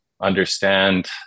Understand